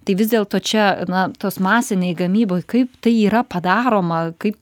tai vis dėlto čia na tos masinėj gamyboj kaip tai yra padaroma kaip